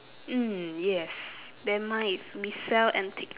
mm yes then mine is we sell antique